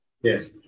yes